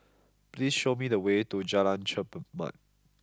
please show me the way to Jalan Chermat